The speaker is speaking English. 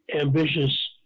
ambitious